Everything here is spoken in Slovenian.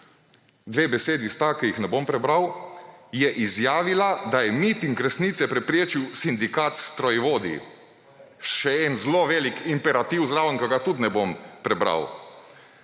dve besedi sta, ki ju ne bom prebral, »je izjavila, da je miting resnice preprečil sindikat strojevodij …« še en zelo velik imperativ zraven, ki ga tudi ne bom prebral.